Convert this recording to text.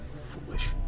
Foolish